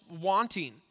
wanting